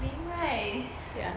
same right